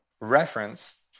reference